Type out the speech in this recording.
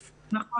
נכון.